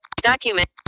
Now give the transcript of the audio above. document